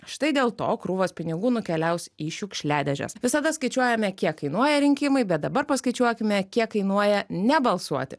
štai dėl to krūvos pinigų nukeliaus į šiukšliadėžes visada skaičiuojame kiek kainuoja rinkimai bet dabar paskaičiuokime kiek kainuoja nebalsuoti